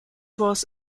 was